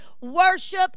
worship